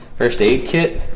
first aid kit